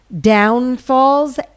downfalls